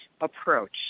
approach